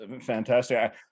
fantastic